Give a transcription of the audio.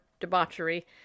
debauchery